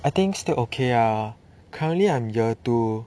I think still okay ah currently I'm year two